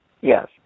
Yes